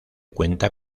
cuenta